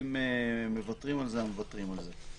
אם מוותרים על זה, אז מוותרים על זה.